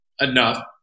enough